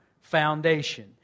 foundation